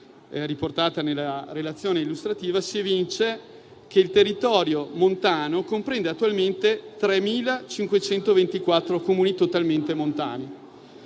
riportato nella relazione illustrativa, si evince che il territorio montano comprende attualmente 3.524 Comuni totalmente montani